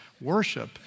worship